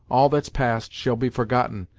all that's past shall be forgotten,